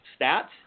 Stats